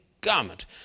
garment